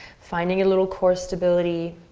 finding a little core stability.